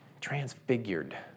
Transfigured